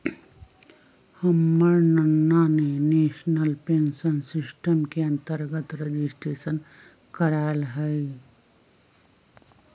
हमर नना ने नेशनल पेंशन सिस्टम के अंतर्गत रजिस्ट्रेशन करायल हइ